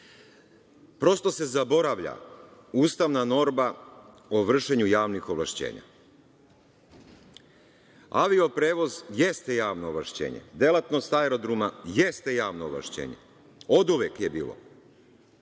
Prosto se zaboravlja ustavna norma o vršenju javnih ovlašćenja. Avio-prevoz jeste javno ovlašćenje, delatnost aerodroma jeste javno ovlašćenje. Oduvek je bilo.